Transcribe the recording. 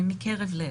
מקרב לב.